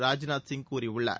ராஜ்நாத் சிங் கூறியுள்ளார்